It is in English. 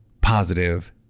positive